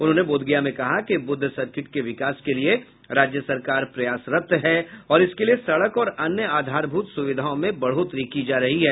उन्होंने बोधगया में कहा कि बुद्ध सर्किट के विकास के लिए राज्य सरकार प्रयासरत है और इसके लिए सड़क और अन्य आधारभूत सुविधाओं में बढ़ोतरी की जा रही है